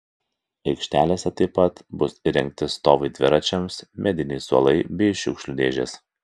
aikštelėse taip pat bus įrengti stovai dviračiams mediniai suolai bei šiukšlių dėžės